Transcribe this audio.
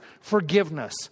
forgiveness